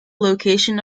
location